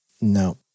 no